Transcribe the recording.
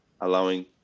allowing